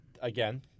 Again